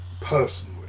personally